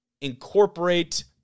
incorporate